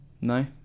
No